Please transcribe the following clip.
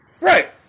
Right